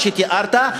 מה שתיארת,